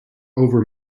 over